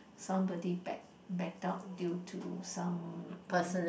somebody back backed out due to some